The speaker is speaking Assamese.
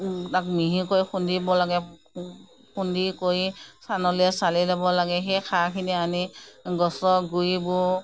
তাক মিহিকৈ খুন্দিব লাগে খুন্দি কৰি চালনিয়ে চালি ল'ব লাগে সেই সাৰখিনি আনি গছৰ গুৰিবোৰ